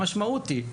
המשמעות היא,